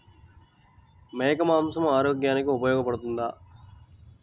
మేక మాంసం ఆరోగ్యానికి ఉపయోగపడుతుందా?